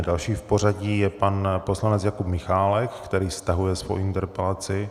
Další v pořadí je pan poslanec Jakub Michálek, který stahuje svou interpelaci.